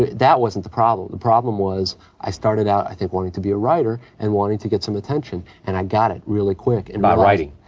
that wasn't the problem. the problem was i started out, i think, wanting to be a writer and wanting to get some attention and i got it really quick and by writing.